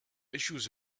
issue